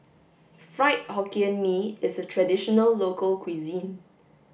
fried hokkien mee is a traditional local cuisine